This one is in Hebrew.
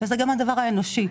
וזה גם הדבר האנושי.